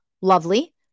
Lovely